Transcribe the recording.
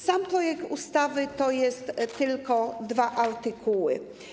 Sam projekt ustawy to są tylko dwa artykuły.